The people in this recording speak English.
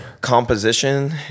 Composition